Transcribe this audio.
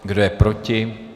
Kdo je proti?